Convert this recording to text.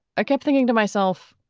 i kept thinking to myself,